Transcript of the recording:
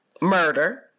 murder